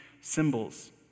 symbols